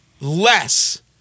less